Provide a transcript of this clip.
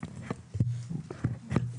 14:16)